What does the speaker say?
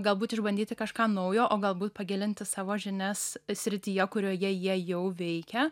galbūt išbandyti kažką naujo o galbūt pagilinti savo žinias srityje kurioje jie jau veikia